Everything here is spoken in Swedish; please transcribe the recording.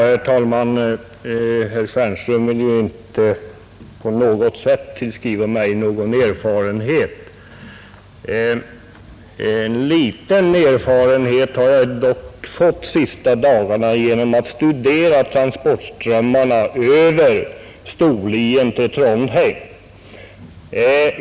Herr talman! Herr Stjernström vill ju inte tillskriva mig någon som helst erfarenhet. Litet erfarenhet har jag dock fått de senaste dagarna genom att studera transportströmmarna över Storlien till Trondheim.